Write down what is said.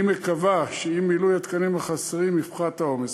אני מקווה שעם מילוי התקנים החסרים יפחת העומס.